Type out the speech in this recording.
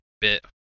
bit